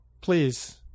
please